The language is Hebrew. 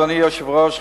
אדוני היושב-ראש,